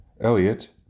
Elliot